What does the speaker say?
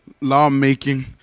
lawmaking